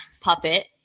puppet